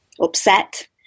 upset